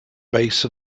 base